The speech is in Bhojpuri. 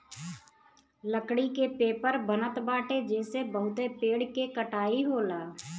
लकड़ी के पेपर बनत बाटे जेसे बहुते पेड़ के कटाई होला